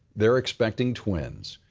they're expecting twins.